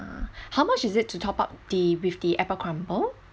how much is it to top up the with the apple crumble